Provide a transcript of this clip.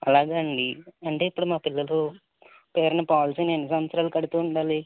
అలాగే అండి అంటే ఇప్పుడు మా పిల్లలపేరు ఉన్న పాలసీని ఎన్ని సంవత్సరాలు కడుతూ ఉండాలి